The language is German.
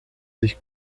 sich